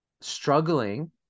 struggling